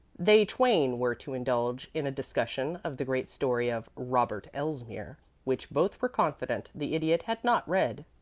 they twain were to indulge in a discussion of the great story of robert elsmere, which both were confident the idiot had not read,